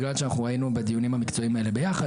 בגלל שאנחנו היינו בדיונים המקצועיים האלה ביחד